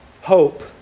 Hope